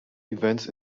events